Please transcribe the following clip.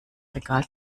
regal